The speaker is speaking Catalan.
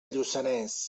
lluçanès